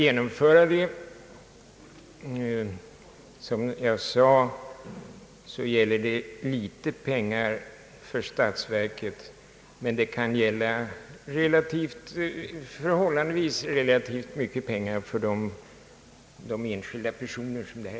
Som jag sade gäller det litet pengar för statsverket, men det kan gälla förhållandevis mycket för de enskilda personerna.